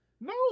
No